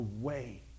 away